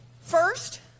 First